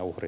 kiitos